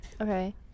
okay